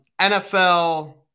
NFL